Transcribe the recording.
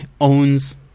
owns